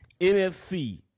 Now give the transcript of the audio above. NFC